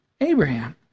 Abraham